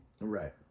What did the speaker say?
Right